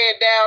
down